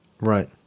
Right